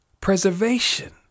preservation